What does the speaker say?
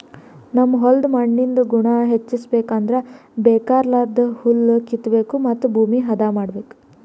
ನಮ್ ಹೋಲ್ದ್ ಮಣ್ಣಿಂದ್ ಗುಣ ಹೆಚಸ್ಬೇಕ್ ಅಂದ್ರ ಬೇಕಾಗಲಾರ್ದ್ ಹುಲ್ಲ ಕಿತ್ತಬೇಕ್ ಮತ್ತ್ ಭೂಮಿ ಹದ ಮಾಡ್ಬೇಕ್